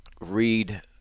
read